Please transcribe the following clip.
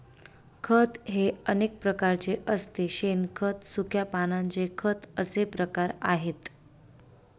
खत हे अनेक प्रकारचे असते शेणखत, सुक्या पानांचे खत असे प्रकार आहेत